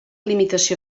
limitació